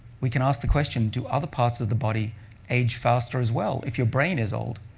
we can ask the question, do other parts of the body age faster as well if your brain is old?